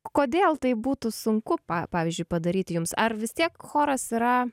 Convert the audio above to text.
kodėl tai būtų sunku pa pavyzdžiui padaryti jums ar vis tiek choras yra